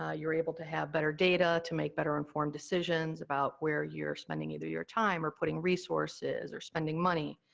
ah you're able to have better data to make better-informed decisions about where you're spending either your time, or putting resources, or spending money.